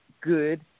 good